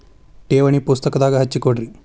ಠೇವಣಿ ಪುಸ್ತಕದಾಗ ಹಚ್ಚಿ ಕೊಡ್ರಿ